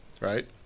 Right